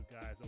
guys